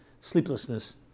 sleeplessness